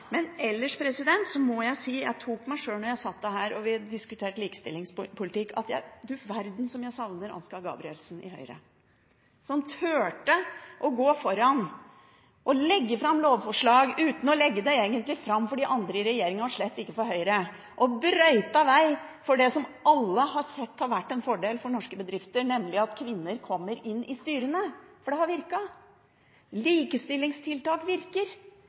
Ellers må jeg si – jeg tok meg i det da vi diskuterte likestillingspolitikk: Du verden som jeg savner Ansgar Gabrielsen i Høyre! Han turte å gå foran – legge fram lovforslag uten egentlig å legge det fram for de andre i regjeringen, og slett ikke for Høyre. Han brøytet veg for det som alle har sett har vært en fordel for norske bedrifter, nemlig at kvinner kommer inn i styrene. Det har virket – likestillingstiltak virker.